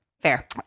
Fair